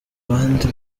abandi